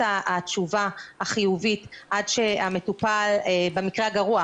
התשובה החיובית עד שהמטופל במקרה הגרוע,